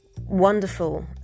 wonderful